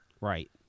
Right